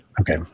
Okay